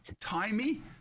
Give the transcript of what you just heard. timey